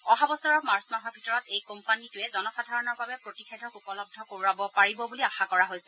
অহা বছৰৰ মাৰ্চ মাহৰ ভিতৰত এই কোম্পানীটোৱে জনসাধাৰণৰ বাবে প্ৰতিষেধক উপলব্ধ কৰোৱাব পাৰিব বুলি আশা কৰা হৈছে